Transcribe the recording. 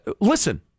Listen